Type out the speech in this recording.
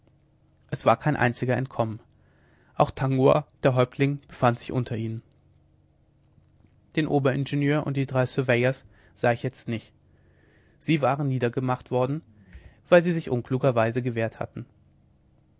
es war kein einziger entkommen auch tangua der häuptling befand sich unter ihnen den oberingenieur und die drei surveyors sah ich jetzt nicht sie waren niedergemacht worden weil sie sich unklugerweise gewehrt hatten